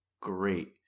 great